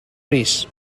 rees